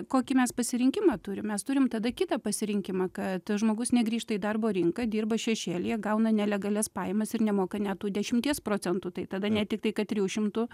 kokį mes pasirinkimą turim mes turim tada kitą pasirinkimą kad žmogus negrįžta į darbo rinką dirba šešėlyje gauna nelegalias pajamas ir nemoka net tų dešimties procentų tai tada ne tik tai kad trijų šimtų